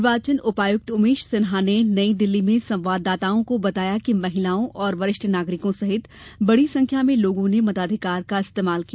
निर्वाचन उपायुक्त उमेश सिन्हा ने नई दिल्ली में संवाददाताओं को बताया कि महिलाओं और वरिष्ठ नागरिकों सहित बड़ी संख्या में लोगों ने मताधिकार का इस्तेमाल किया